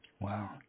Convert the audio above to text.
Wow